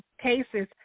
cases